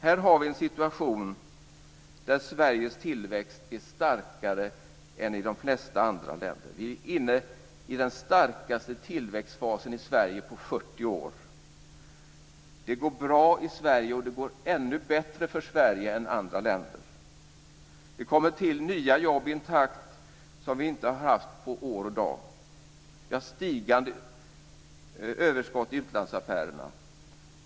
Här har vi en situation när Sveriges tillväxt är starkare än i de flesta andra länder. Vi är inne i den starkaste tillväxtfasen i Sverige på 40 år. Det går bra i Sverige. Det går ännu bättre för Sverige än för andra länder. Det kommer till nya jobb i en takt som vi inte har haft på år och dag. Vi har stigande överskott i utlandsaffärerna.